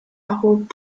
erhob